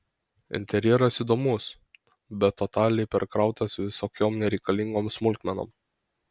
interjeras įdomus bet totaliai perkrautas visokiom nereikalingom smulkmenom